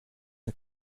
the